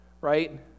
right